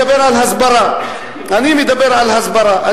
אני מדבר על הסברה,